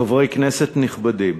חברי כנסת נכבדים,